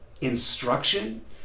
instruction